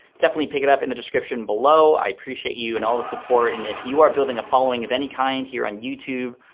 definitely pick it up in the description below. i appreciate you and all the support and if you are building a following of any kind here on youtube,